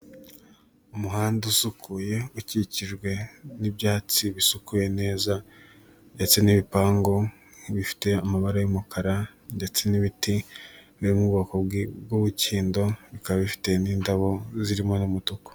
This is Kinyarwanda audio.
Umuhanda usukuye ukikijwe n'ibyatsi bisukuye neza ndetse n'ibipangu bifite amabara y'umukara ndetse n'ibiti biri mu bwoko bw'imikindo bikaba bifite n'indabo zirimo n'umutuku.